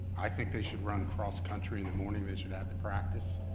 i think they should run cross country in the morning. they should have the practice,